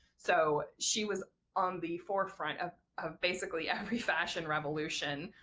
so she was on the forefront of of basically every fashion revolution,